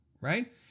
right